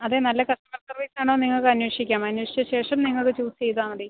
അതെ നല്ല കസ്റ്റമർ സർവ്വീസാണോ നിങ്ങക്കന്വേഷിക്കാം അന്വേഷിച്ച ശേഷം നിങ്ങൾ ചൂസ് ചെയ്താൽ മതി